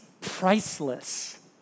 priceless